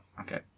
Okay